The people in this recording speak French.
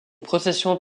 processions